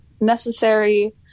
necessary